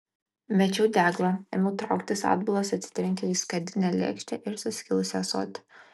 mečiau deglą ėmiau trauktis atbulas atsitrenkiau į skardinę lėkštę ir suskilusį ąsotį